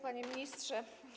Panie Ministrze!